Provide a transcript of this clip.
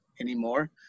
anymore